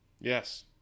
Yes